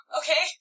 okay